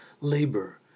labor